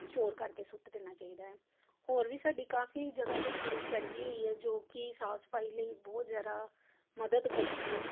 store ਕਰਕੇ ਸੁੱਟ ਦੇਣਾ ਚਾਹੀਦਾ ਹੈ ਹੋਰ ਵੀ ਸਾਡੀ ਕਾਫੀ ਜਗ੍ਹਾ 'ਤੇ ਟੀਮ ਫੈਲੀ ਹੋਈ ਹੈ ਜੋ ਕਿ ਸਾਫ਼ ਸਫ਼ਾਈ ਲਈ ਬਹੁਤ ਜ਼ਿਆਦਾ ਮਦਦ ਕਰਦੀ ਹੈ